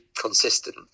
consistent